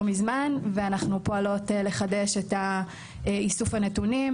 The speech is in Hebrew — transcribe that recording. מזמן ואנחנו פועלות לחדש את איסוף הנתונים,